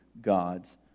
God's